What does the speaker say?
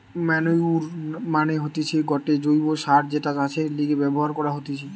manure মানে হতিছে গটে জৈব্য সার যেটা চাষের লিগে ব্যবহার করা হতিছে